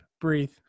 Breathe